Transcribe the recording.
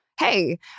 hey